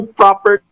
proper